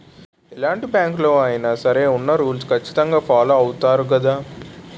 ఎలాంటి బ్యాంకులలో అయినా సరే ఉన్న రూల్స్ ఖచ్చితంగా ఫాలో అవుతారు గదా